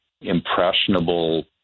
impressionable